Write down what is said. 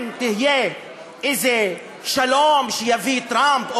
אם יהיה איזה שלום שיביא טראמפ,